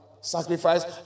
Sacrifice